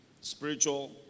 Spiritual